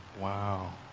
Wow